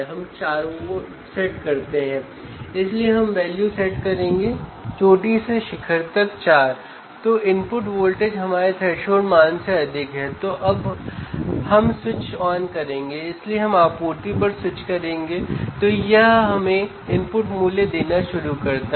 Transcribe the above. तो चलिए अब पोटेंशियोमीटर के मान को समायोजित करते हैं और वोल्टेज V1 और V2 को लागू करते हैं